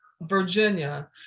Virginia